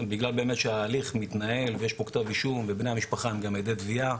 בגלל באמת שההליך מתנהל ויש פה כתב אישום ובני המשפחה הם גם עדי תביעה,